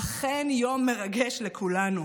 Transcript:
אכן יום מרגש לכולנו.